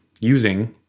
using